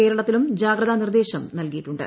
കേരളത്തിലും ജാഗ്രത നിർദേശം നൽകിയിട്ടുണ്ട്